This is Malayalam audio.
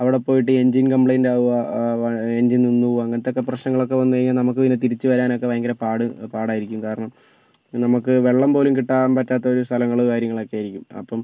അവിടെ പോയിട്ട് എൻജിൻ കംപ്ലൈന്റ്റ് ആകുക എൻജിൻ നിന്ന് പോകുക അങ്ങനത്തെയൊക്കെ പ്രശ്നം ഒക്കെ വന്നു കഴിഞ്ഞാൽ നമുക്ക് പിന്നെ തിരിച്ച് വരാൻ ഒക്കെ ഭയങ്കര പാട് പാടായിരുക്കും കാരണം നമുക്ക് വെള്ളം പോലും കിട്ടാൻ പറ്റാത്ത സ്ഥലങ്ങളും കാര്യങ്ങളും ഒക്കെ ആയിരിക്കും അപ്പം